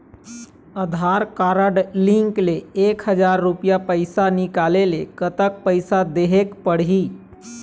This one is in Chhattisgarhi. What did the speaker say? आधार कारड लिंक ले एक हजार रुपया पैसा निकाले ले कतक पैसा देहेक पड़ही?